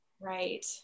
Right